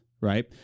Right